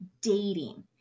dating